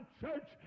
church